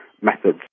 methods